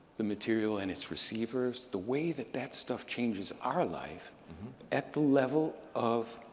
the material and its receivers, the way that that stuff changes our life at the level of